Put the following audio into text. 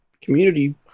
community